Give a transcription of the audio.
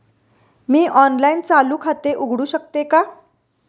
मी online चालू खाते उघडू शकते का?